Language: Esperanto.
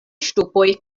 ŝtupoj